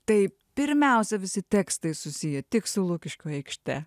taip pirmiausia visi tekstai susiję tik su lukiškių aikšte